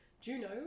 Juno